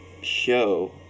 show